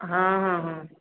ହଁ ହଁ ହଁ